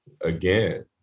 again